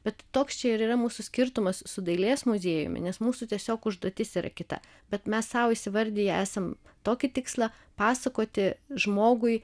bet toks čia ir yra mūsų skirtumas su dailės muziejumi nes mūsų tiesiog užduotis yra kita bet mes sau įsivardiję esam tokį tikslą pasakoti žmogui